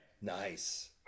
Nice